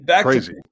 crazy